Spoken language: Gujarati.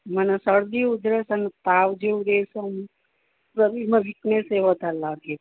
મને શરદી ઉધરસ અને તાવ જેવું રહે છે હમ શરીરમાં વીકનેસ એ વધારે લાગે છે